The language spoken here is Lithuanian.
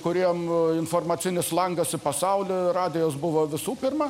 kuriem informacinis langas į pasaulį radijas buvo visų pirma